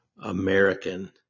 American